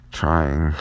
trying